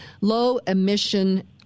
low-emission